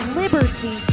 liberty